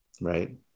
right